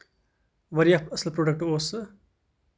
واریاہ اَصٕل پروڈکٹ اوس سُہ